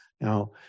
Now